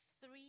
three